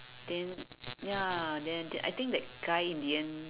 then ya then I think I think that guy in the end